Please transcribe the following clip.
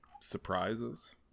surprises